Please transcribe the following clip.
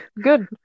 Good